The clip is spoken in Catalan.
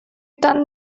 tant